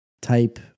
type